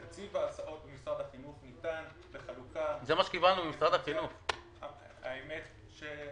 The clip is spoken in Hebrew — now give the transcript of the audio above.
תקציב ההסעות ממשרד החינוך ניתן בחלוקה האמת 40%,